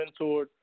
mentored